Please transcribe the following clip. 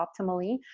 optimally